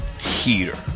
Heater